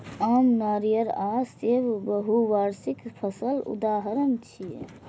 आम, नारियल आ सेब बहुवार्षिक फसलक उदाहरण छियै